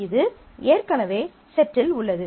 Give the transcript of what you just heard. இது ஏற்கனவே செட்டில் உள்ளது